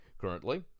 Currently